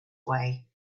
way